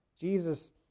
Jesus